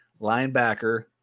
Linebacker